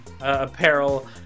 apparel